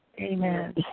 Amen